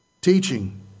teaching